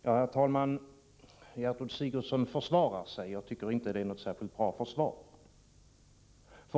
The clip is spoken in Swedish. Herr talman! Gertrud Sigurdsen försvarar sig. Jag tycker inte att det var ett särskilt bra försvar.